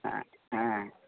হ্যাঁ হ্যাঁ